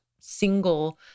single